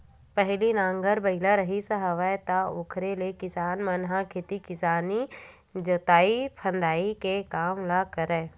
पहिली नांगर बइला रिहिस हेवय त ओखरे ले किसान मन ह खेती किसानी के जोंतई फंदई के काम ल करय